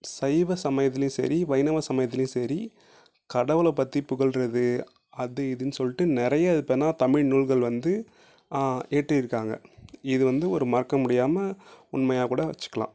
சைவ சமயத்திலையும் சரி வைணவ சமயத்திலையும் சரி கடவுளை பற்றி புகழ்கிறது அது இதுன்னு சொல்லிட்டு நிறைய இப்போ என்ன தமிழ் நூல்கள் வந்து இயற்றியிருக்காங்க இது வந்து ஒரு மறக்க முடியாமல் உண்மையாக கூட வச்சிக்கலாம்